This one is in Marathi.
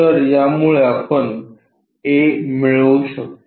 तर त्यामुळे आपण a मिळवू शकतो